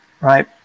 right